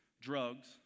drugs